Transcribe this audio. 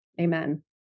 Amen